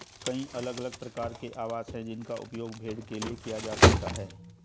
कई अलग अलग प्रकार के आवास हैं जिनका उपयोग भेड़ के लिए किया जा सकता है